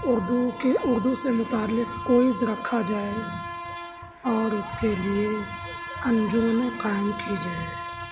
اردو کی اردو سے متعلق کوئز رکھا جائے اور اس کے لیے انجمنیں قائم کی جائیں